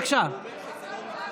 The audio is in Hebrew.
בוא אליי.